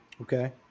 Okay